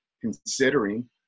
Considering